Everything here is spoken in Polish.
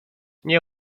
nie